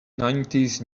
nineties